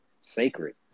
sacred